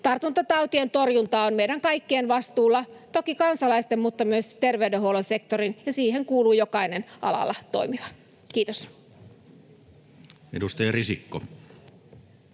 Tartuntatautien torjunta on meidän kaikkien vastuulla, toki kansalaisten mutta myös terveydenhuollon sektorin, ja siihen kuuluu jokainen alalla toimiva. — Kiitos.